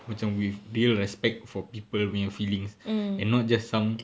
macam with real respect for people punya feelings and not just some